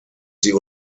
sie